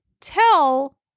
tell